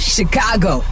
Chicago